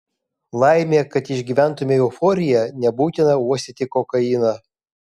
laimė kad išgyventumei euforiją nebūtina uostyti kokainą